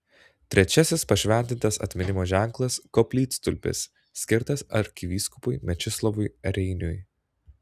trečiasis pašventintas atminimo ženklas koplytstulpis skirtas arkivyskupui mečislovui reiniui